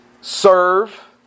serve